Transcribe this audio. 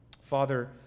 Father